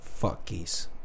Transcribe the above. Fuckies